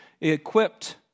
equipped